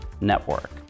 Network